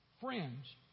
friends